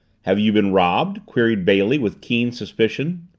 have you been robbed? queried bailey with keen suspicion.